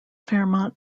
fairmont